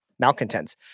malcontents